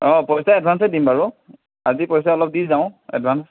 অঁ পইচা এডভান্সে দিম বাৰু আজি পইচা অলপ দি যাওঁ এডভান্স